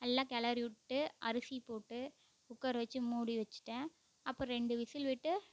எல்லாம் கிளரி விட்டு அரிசி போட்டு குக்கரு வச்சி மூடி வச்சிட்டேன் அப்புறம் ரெண்டு விசில் விட்டு